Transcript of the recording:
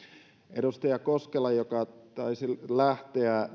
edustaja koskela joka taisi lähteä